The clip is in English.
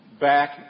back